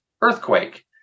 Earthquake